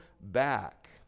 back